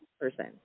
person